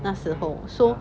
那时候 so